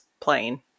playing